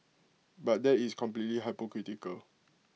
but that is completely hypocritical